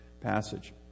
passage